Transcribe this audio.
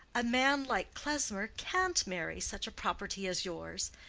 a man like klesmer can't marry such a property as yours.